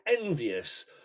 envious